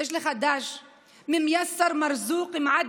יש לך ד"ש ממיאסר מרזוק מ'עדי,